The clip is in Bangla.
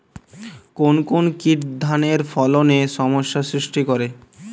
কোন কোন কীট ধানের ফলনে সমস্যা সৃষ্টি করে?